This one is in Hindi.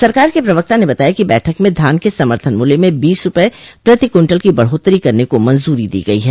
सरकार के प्रवक्ता ने बताया कि बैठक में धान के समर्थन मूल्य में बीस रूपये प्रति कुन्टल की बढ़ोत्तरी करने को मंजूरी दी गयी है